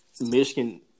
Michigan